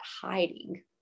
hiding